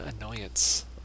annoyance